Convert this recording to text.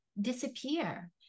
disappear